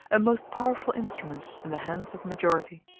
a most powerful instrument in the hands of the majority.